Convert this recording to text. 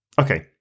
Okay